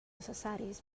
necessaris